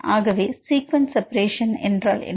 ஆகவே sequence separation என்ன